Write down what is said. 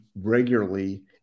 regularly